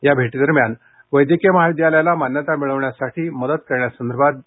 या भेटीदरम्यान वैद्यकीय महाविद्यालयाला मान्यता मिळवण्यासाठी मदत करण्यासंदर्भात डॉ